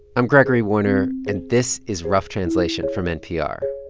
i'm gregory warner, and this is rough translation from npr,